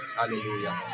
Hallelujah